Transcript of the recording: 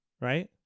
Right